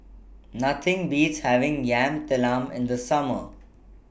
Nothing Beats having Yam Talam in The Summer